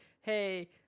hey